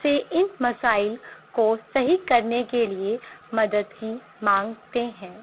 سے ان مسائل کو صحیح کرنے کے لیے مدد ہی مانگتے ہیں